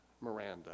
Miranda